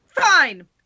Fine